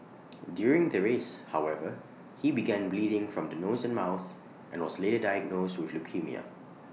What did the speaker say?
during the race however he began bleeding from the nose and mouth and was later diagnosed with leukaemia